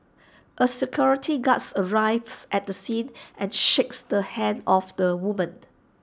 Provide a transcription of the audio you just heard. A security guard arrives at the scene and shakes the hand of the woman